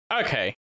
Okay